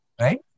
Right